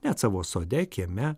net savo sode kieme